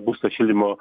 būsto šildymo